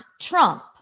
Trump